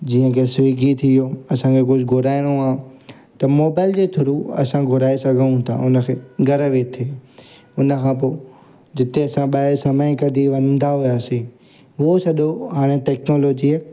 जीअं की स्विगी थी वियो असांखे कुझु घुराइणो आहे त मोबाइल जे थ्रू असां घुराए सघूं था हुनखे घरु वेठे हुन खां पोइ जिते असां ॿाहिरि समय कढी वेंदा हुआसीं उहो सॼो हाणे टेक्नोलॉजीअ